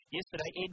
yesterday